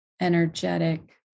energetic